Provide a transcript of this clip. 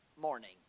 Morning